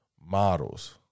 models